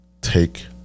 Take